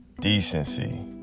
decency